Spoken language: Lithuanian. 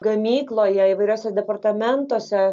gamykloje įvairiuose departamentuose